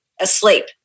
asleep